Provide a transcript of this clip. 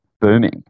booming